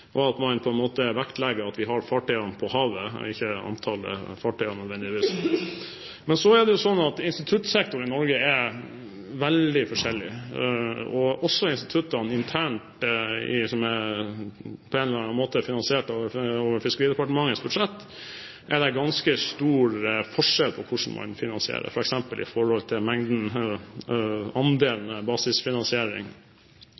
og at man på en måte vektlegger at vi har fartøyene på havet, og ikke nødvendigvis antall fartøyer. Men så er det jo slik at instituttsektoren i Norge er veldig forskjellig. Også instituttene internt, som på en eller annen måte er finansiert over Fiskeridepartementets budsjett, er det ganske stor forskjell på hvordan man finansierer, f.eks. med hensyn til